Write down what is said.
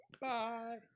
Bye